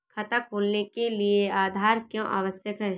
खाता खोलने के लिए आधार क्यो आवश्यक है?